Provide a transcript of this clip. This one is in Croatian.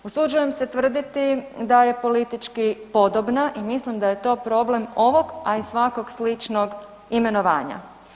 Usuđujem se tvrditi da je politički podobna i mislim da je to problem ovog a i svakog sličnog imenovanja.